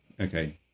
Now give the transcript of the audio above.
Okay